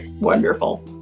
wonderful